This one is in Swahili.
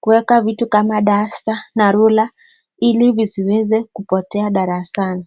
kuweka vitu kama duster na ruler ili zisiweze kupotea darasani.